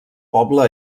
poble